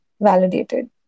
validated